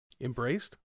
embraced